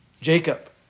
Jacob